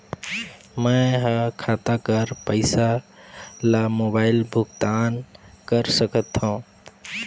मैं ह खाता कर पईसा ला मोबाइल भुगतान कर सकथव?